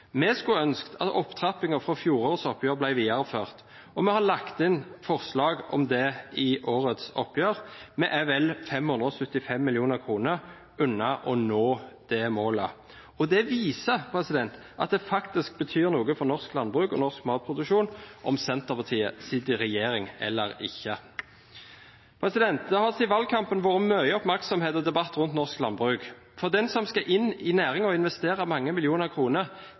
Vi skulle ønske at opptrappingen fra fjorårets oppgjør ble videreført, og vi har lagt inn forslag om det i årets oppgjør. Vi er vel 575 mill. kr unna å nå det målet. Det viser at det faktisk betyr noe for norsk landbruk og norsk matproduksjon om Senterpartiet sitter i regjering eller ikke. Det har siden valgkampen vært mye oppmerksomhet og debatt rundt norsk landbruk. For den som skal inn i næringen og investere mange millioner kroner,